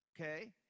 Okay